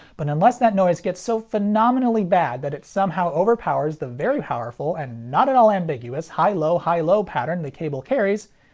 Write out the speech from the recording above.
but unless that noise gets so phenomenally bad that it somehow overpowers the very powerful and not-at-all ambiguous high-low-high-low pattern the cable carries,